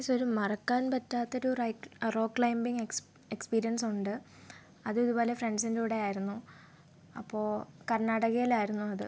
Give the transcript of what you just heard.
പക്ഷെ ഒരു മറക്കാൻ പറ്റാത്ത ഒരു റൈക് റോക്ക് ക്ലൈമ്പിങ്ങ് എക്സ് എക്സ്പീരിയൻസ് ഉണ്ട് അത് ഇതുപോലെ ഫ്രണ്ട്സിൻ്റെ കൂടെ ആയിരുന്നു അപ്പോൾ കർണാടകയിലായിരുന്നു അത്